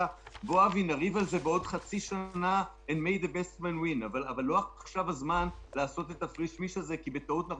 מה הטעם לפתוח אותנו?